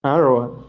um zero